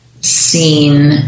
seen